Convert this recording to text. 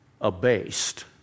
abased